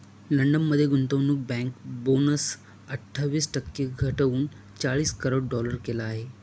London मध्ये गुंतवणूक bank bonus अठ्ठावीस टक्के घटवून चाळीस करोड डॉलर केला आहे